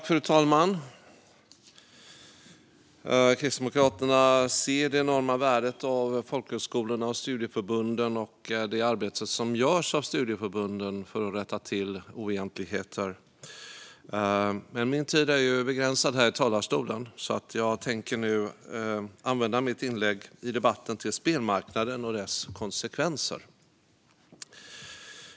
Fru talman! Kristdemokraterna ser det enorma värdet av folkhögskolorna och studieförbunden och av det arbete som görs av studieförbunden för att rätta till oegentligheter. Men min tid är begränsad här i talarstolen, så jag tänker nu använda mitt inlägg i debatten till spelmarknaden och dess konsekvenser.